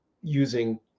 using